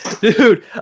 dude